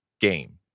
game